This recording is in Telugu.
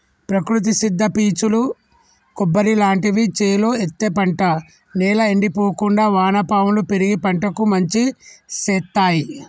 ప్రకృతి సిద్ద పీచులు కొబ్బరి లాంటివి చేలో ఎత్తే పంట నేల ఎండిపోకుండా వానపాములు పెరిగి పంటకు మంచి శేత్తాయ్